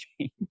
change